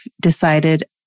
decided